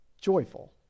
Joyful